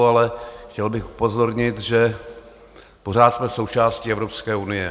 Ale chtěl bych upozornit, že pořád jsme součástí Evropské unie.